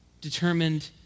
determined